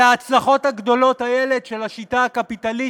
על ההצלחות הגדולות, איילת, של השיטה הקפיטליסטית,